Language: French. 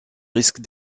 risques